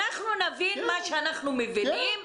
אנחנו נבין מה שאנחנו מבינים,